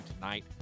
tonight